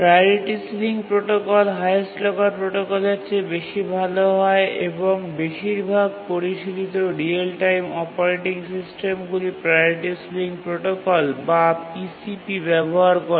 priority ceiling protocol highest locker প্রোটোকলের চেয়ে বেশি ভাল হয় এবং বেশিরভাগ পরিশীলিত রিয়েল টাইম অপারেটিং সিস্টেমগুলি প্রাওরিটি সিলিং প্রোটোকল বা PCP ব্যবহার করে